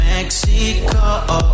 Mexico